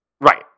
Right